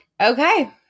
okay